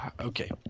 okay